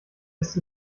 ist